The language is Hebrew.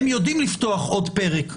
הם יודעים לפתוח עוד פרק בחייהם.